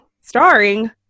starring